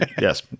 yes